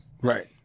Right